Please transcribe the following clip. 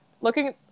looking